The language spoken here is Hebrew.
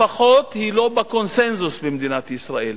לפחות היא לא בקונסנזוס במדינת ישראל.